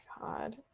God